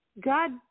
God